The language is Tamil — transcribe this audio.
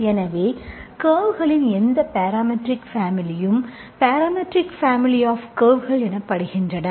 எனவே கர்வ்களின் எந்த பேராமெட்ரிக் பேமிலியும் பேராமெட்ரிக் பேமிலி ஆப் கர்வ்கள் என படுகின்றன